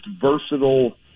versatile